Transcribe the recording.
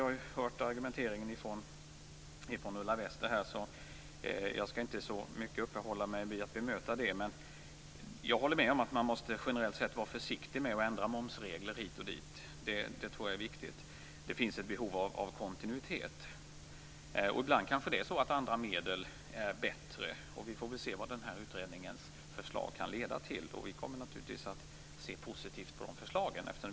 Jag har nu hört Ulla Wester-Rudins argumentering och skall inte särskilt mycket bemöta den. Jag håller med om att man generellt måste vara försiktig med att ändra momsregler hit och dit. Jag tror att detta är viktigt. Det finns nämligen ett behov av kontinuitet. Ibland är kanske andra medel bättre. Det återstår att se vad utredningens förslag kan leda till. Vi kommer naturligtvis att se positivt på de förslagen.